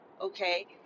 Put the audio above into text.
Okay